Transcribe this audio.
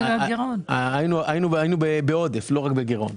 היינו בעודף, לא רק בגרעון.